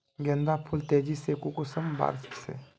गेंदा फुल तेजी से कुंसम बार से?